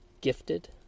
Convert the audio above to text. gifted